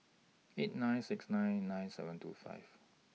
eight nine six nine nine seven two five